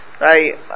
right